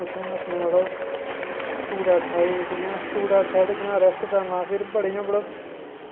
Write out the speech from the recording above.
उत्थै अपनी मतलब शूट ऐट साईट इ'यां जां फिर बड़े इ'यां